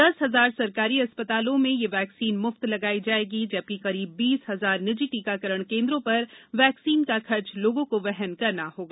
दस हजार सरकारी अस्पतालों में यह वैक्सीन मुफ्त लगायी जायेगी जबकि करीब बीस हजार निजी टीकाकरण केन्द्रों पर वैक्सीन का खर्च लोगों को वहन करना होगा